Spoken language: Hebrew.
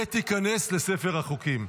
ותיכנס לספר החוקים.